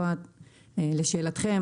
לשאלתכם,